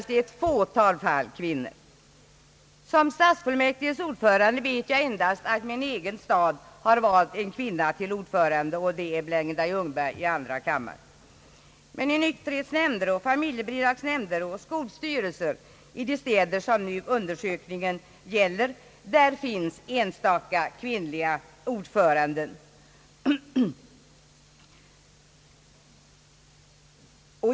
Till stadsfullmäktiges ordförande vet jag att endast i min egen hemstad har utsetts en kvinna, nämligen Blenda Ljungberg i andra kammaren. Men i nykterhetsnämnder, i familjebidragsnämnder och i skolstyrelser i de städer som undersökningen gäller finns enstaka kvinnliga ordförande.